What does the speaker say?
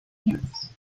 cannabis